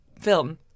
film